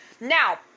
now